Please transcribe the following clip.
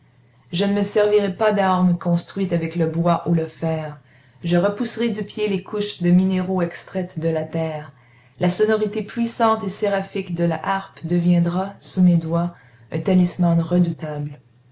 je ne me servirai pas d'armes construites avec le bois ou le fer je repousserai du pied les couches de minéraux extraites de la terre la sonorité puissante et séraphique de la harpe deviendra sous mes doigts un talisman redoutable